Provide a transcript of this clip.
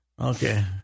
Okay